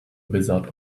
wizard